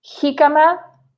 Jicama